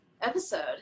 episode